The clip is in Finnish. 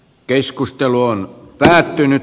keskustelu on päättynyt